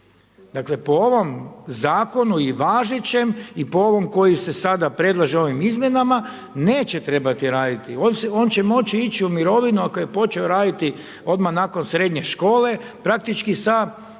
Dakle, po ovom Zakonu i važećem i po ovom koji se sada predlaže ovim izmjenama neće trebati raditi, on će moći ići u mirovini ako je počeo raditi odmah nakon srednje škole praktički sa